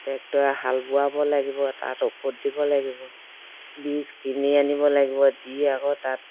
ট্ৰেক্টৰে হাল বোৱাব লাগিব তাত ঔষধ দিব লাগিব বীজ কিনি আনিব লাগিব দি আকৌ তাত